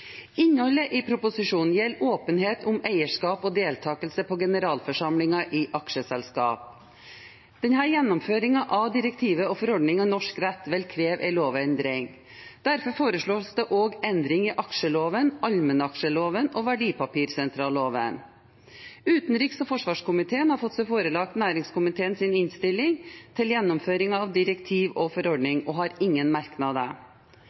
Innholdet i proposisjonen gjelder åpenhet om eierskap og deltakelse på generalforsamlingen i aksjeselskap. Denne gjennomføringen av direktivet og forordning i norsk rett vil kreve en lovendring. Derfor foreslås det også endring i aksjeloven, allmennaksjeloven og verdipapirsentralloven. Utenriks- og forsvarskomiteen har fått seg forelagt næringskomiteens innstilling til gjennomføring av direktiv og forordning og har ingen merknader.